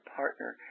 partner